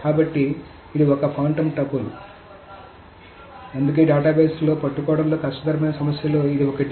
కాబట్టి ఇది ఒక ఫాంటమ్ టపుల్ అందుకే డేటాబేస్లలో పట్టుకోవడంలో కష్టతరమైన సమస్యలలో ఇది ఒకటి